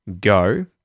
go